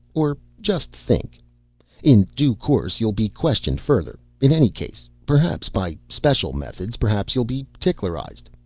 or just think in due course you'll be questioned further in any case. perhaps by special methods. perhaps you'll be ticklerized.